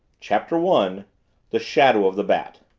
chapter one the shadow of the bat